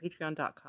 patreon.com